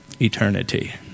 Eternity